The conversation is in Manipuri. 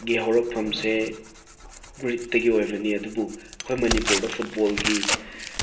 ꯒꯤ ꯍꯧꯔꯛꯐꯝꯁꯦ ꯒ꯭ꯔꯤꯛꯇꯒꯤ ꯑꯣꯏꯕꯅꯤ ꯑꯗꯨꯕꯨ ꯑꯩꯈꯣꯏ ꯃꯅꯤꯄꯨꯔꯗ ꯐꯨꯠꯕꯣꯜꯒꯤ